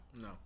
No